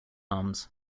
arms